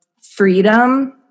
freedom